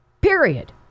Period